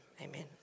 amen